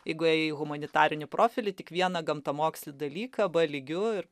jeigu ėjai į humanitarinį profilį tik vieną gamtamokslinį dalyką b lygiu ir